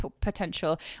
potential